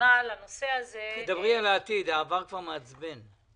לראשונה לנושא הזה --- העבר כבר מעצבן.